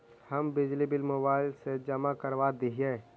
हम बिजली bill mobile से जमा करवा देहियै?